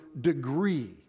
degree